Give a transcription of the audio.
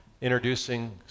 introducing